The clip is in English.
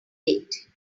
date